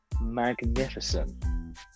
magnificent